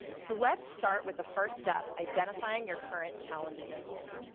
so let's start with the first step, identifying your current challenges and goals.